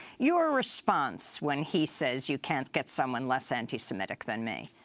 your response when he says you can't get someone less anti-semitic than me?